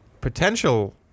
potential